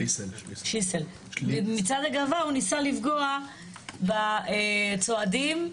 הוא ניסה לפגוע בצועדים,